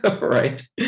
right